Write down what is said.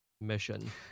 mission